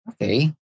Okay